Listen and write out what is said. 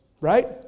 right